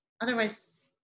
otherwise